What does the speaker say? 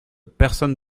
personne